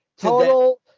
Total